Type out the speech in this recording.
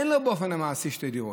אין לו באופן מעשי שתי דירות,